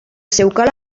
zeukala